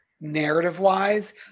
narrative-wise